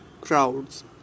crowds